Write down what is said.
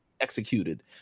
executed